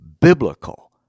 biblical